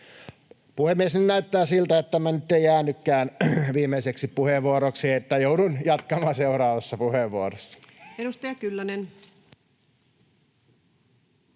Puhemies! Nyt näyttää siltä, että tämä nyt ei jäänytkään viimeiseksi puheenvuorokseni, niin että joudun jatkamaan seuraavassa puheenvuorossa. [Speech